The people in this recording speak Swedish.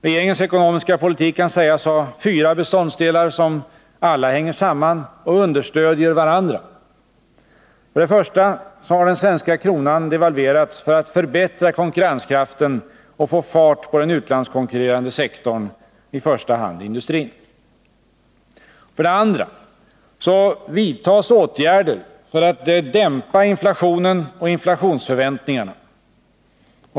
Regeringens ekonomiska politik kan sägas ha fyra beståndsdelar, som alla hänger samman och understöder varandra: För det första har den svenska kronan devalverats för att förbättra konkurrenskraften och få fart på den utlandskonkurrerande sektorn, i första hand industrin. För det andra vidtas åtgärder för att dämpa inflationen och inflationsförväntningarna.